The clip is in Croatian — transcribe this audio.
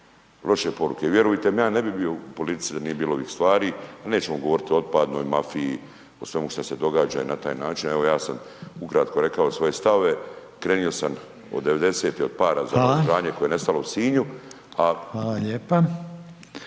(HDZ)** Hvala lijepa.